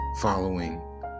following